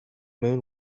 moon